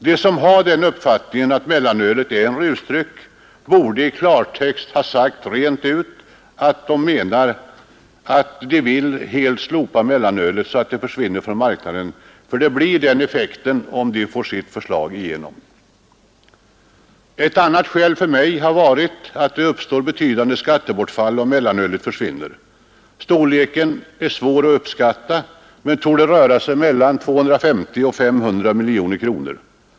De som har uppfattningen att mellanölet är en rusdryck borde i klartext ha sagt rent ut att de menar att de helt vill slopa mellanölet, så att det försvinner från marknaden; det blir den effekten, om de får sitt förslag igenom. Ett annat skäl för mig har varit att det uppstår ett betydande skattebortfall om mellanölet försvinner. Storleken är svår att uppskatta men det torde röra sig mellan 250 och 500 miljoner kronor.